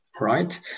right